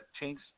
change